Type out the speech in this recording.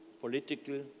political